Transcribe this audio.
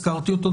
הזכרתי אותו,